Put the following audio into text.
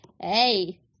Hey